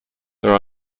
there